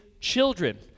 children